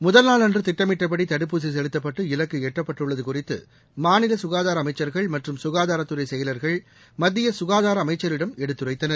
முதல் நாளன்று திட்டமிட்டப்படி தடுப்பூசி செலுத்தப்பட்டு இலக்கு எட்டப்பட்டுள்ளது குறித்து மாநில சுகாதார அமைச்சர்கள் மற்றும் சுகாதாரத்துறை செயலர்கள் மத்திய சுகாதார அமைச்சரிடம் எடுத்துரைத்தனர்